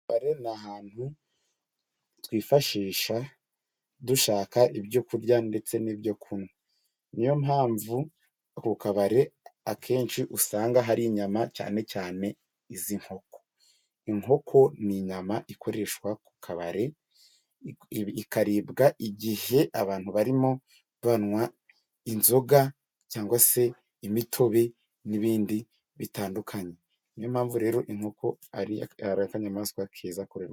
Ahantu twifashisha dushaka ibyo kurya ndetse n'ibyo kunwa, ni yo mpamvu ku kabari akenshi usanga hari inyama cyane cyane iz'inkoko, inkoko ni inyama ikoreshwa ku kabari, ikaribwa igihe abantu barimo banwa inzoga cyangwa se imitobe n'ibindi bitandukanye, ni yo mpamvu rero inkoko ari akanyamaswa keza koro.....